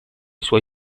suoi